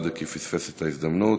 וכי פספס את ההזדמנות.